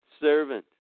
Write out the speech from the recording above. servant